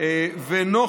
איננה שכיחה.